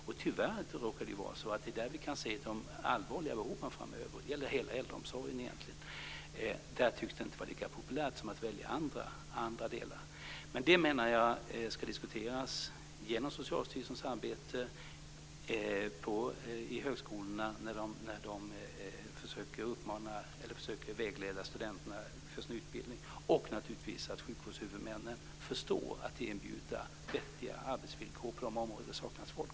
Och tyvärr råkar det vara så att det är inom hela äldreomsorgen egentligen som vi kan se de allvarliga behoven framöver. Det är en inriktning som inte tycks vara lika populär att välja som andra inriktningar. Men det menar jag ska åtgärdas genom Socialstyrelsens arbete, i högskolorna när de försöker vägleda studenterna inför deras val av utbildning och naturligtvis genom att sjukvårdshuvudmännen förstår att erbjuda vettiga arbetsvillkor på de områden där det saknas folk.